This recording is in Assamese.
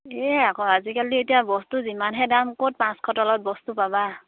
এই আকৌ আজিকালি এতিয়া বস্তু যিমানহে দাম ক'ত পাঁচশ তলত বস্তু পাবা